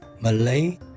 Malay